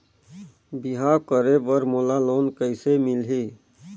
बिहाव करे बर मोला लोन कइसे मिलही?